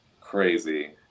crazy